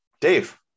Dave